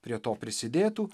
prie to prisidėtų